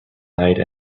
night